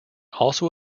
also